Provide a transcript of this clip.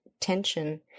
tension